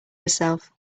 herself